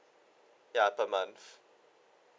ya per month